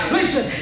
Listen